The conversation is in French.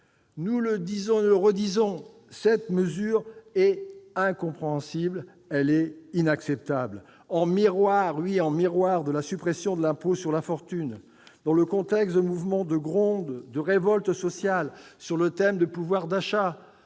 Nous le disons et le redisons, une telle mesure est incompréhensible et inacceptable. En miroir de la suppression de l'impôt sur la fortune, dans le contexte de mouvements de gronde et de révolte sociale sur le thème du pouvoir d'achat,